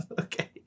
okay